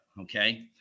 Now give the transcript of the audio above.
okay